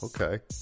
Okay